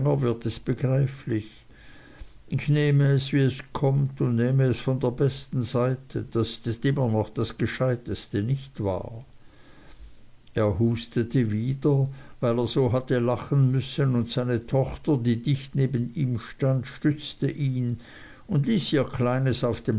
wird ist begreiflich ich nehme es wie es kommt und nehme es von der besten seite das ist immer noch das gescheiteste nicht wahr er hustete wieder weil er so hatte lachen müssen und seine tochter die dicht neben ihm stand stützte ihn und ließ ihr kleinstes auf dem